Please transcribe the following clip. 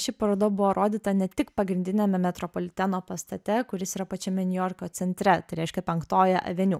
ši paroda buvo rodyta ne tik pagrindiniame metropoliteno pastate kuris yra pačiame niujorko centre tai reiškia penktoje aveniu